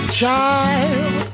child